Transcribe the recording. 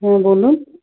হ্যাঁ বলুন